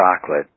chocolate